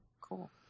cool